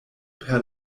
per